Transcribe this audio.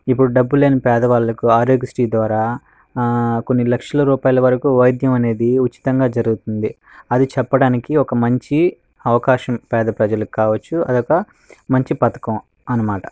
ఇప్పుడు డబ్బు లేని పేదవాళ్లకు ఆరోగ్యశ్రీ ద్వారా ఆ కొన్ని లక్షల రూపాయల వరకు వైద్యం అనేది ఉచితంగా జరుగుతుంది అది చెప్పడానికి ఒక మంచి అవకాశం పేద ప్రజలకు కావచ్చు అది ఒక మంచి పథకం అన్నమాట